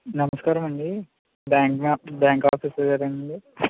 నమస్కారం అండి బ్యాంక్ మేనే బ్యాంక్ ఆఫీసర్ గారేనండి